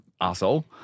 asshole